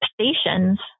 stations